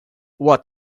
what